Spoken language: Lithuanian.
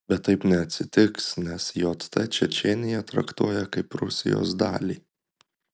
bet taip neatsitiks nes jt čečėniją traktuoja kaip rusijos dalį